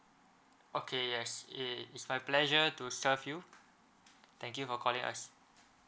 okay yes eh it's my pleasure to serve you thank you for calling us